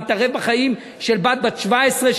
מתערב בחיים של בת 17,